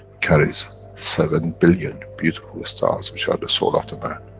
carries seven billion beautiful stars, which are the soul of the man.